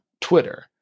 Twitter